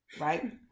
Right